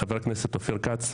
חבר הכנסת אופיר כץ,